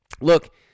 Look